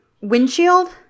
windshield